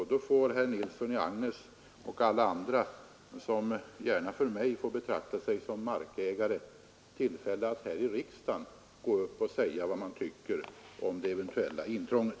Herr Nilsson i Agnäs och andra, som gärna för mig får betrakta sig som markägare, får då tillfälle att här i riksdagen framföra sin uppfattning om det eventuella intrånget.